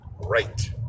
right